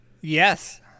Yes